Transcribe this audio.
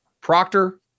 Proctor